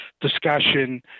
discussion